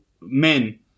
men